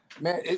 man